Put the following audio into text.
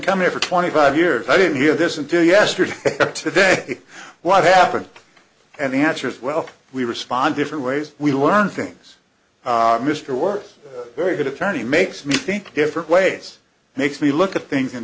coming for twenty five years i didn't hear this until yesterday or today what happened and the answer is well we respond different ways we learn things mr works very good attorney makes me think different ways makes me look at things in